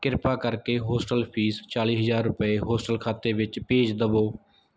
ਕਿਰਪਾ ਕਰਕੇ hostel fees ਚਾਲੀ ਹਜ਼ਾਰ ਰੁਪਏ ਹੋਸਟਲ ਖਾਤੇ ਵਿੱਚ ਭੇਜ ਦੇਵੋ